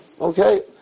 Okay